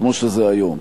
כמו שזה היום.